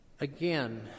again